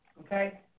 Okay